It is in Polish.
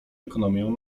ekonomię